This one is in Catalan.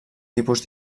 tipus